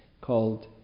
called